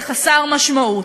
זה חסר משמעות.